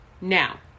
now